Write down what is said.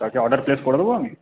তা কি order place করে দেবো আমি